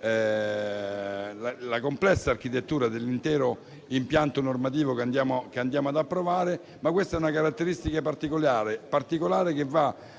la complessa architettura dell'intero impianto normativo che andiamo ad approvare. Si tratta di una caratteristica particolare che va